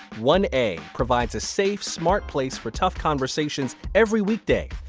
one a provides a safe, smart place for tough conversations every weekday.